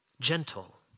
gentle